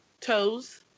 toes